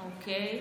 אוקיי,